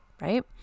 right